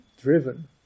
driven